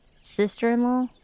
sister-in-law